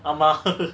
ஆமா:aama